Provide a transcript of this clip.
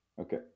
Okay